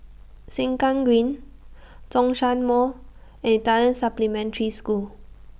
Sengkang Green Zhongshan Mall and Italian Supplementary School